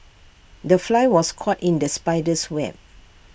the fly was caught in the spider's web